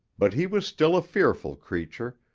but he was still a fearful creature,